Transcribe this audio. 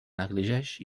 negligeix